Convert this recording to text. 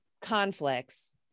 conflicts